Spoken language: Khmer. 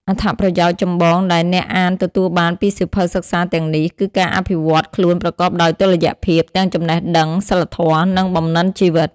អត្ថប្រយោជន៍ចម្បងដែលអ្នកអានទទួលបានពីសៀវភៅសិក្សាទាំងនេះ គឺការអភិវឌ្ឍខ្លួនប្រកបដោយតុល្យភាពទាំងចំណេះដឹង សីលធម៌ និង បំណិនជីវិត។